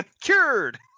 cured